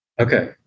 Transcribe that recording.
Okay